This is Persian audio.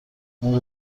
این